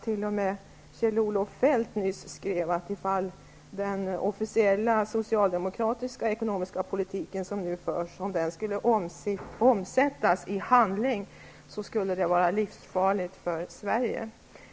T.o.m. Kjell-Olof Feldt har nyss skrivit att ifall den officiella socialdemokratiska ekonomiska politik som nu förs skulle omsättas i handling, skulle det vara livsfarligt för Sverige.